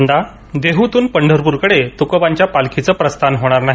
यंदा देहूतून पंढरपूरकडे तुकोबांच्या पालखीचे प्रस्थान होणार नाही